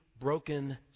broken